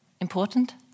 important